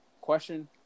Question